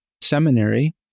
Seminary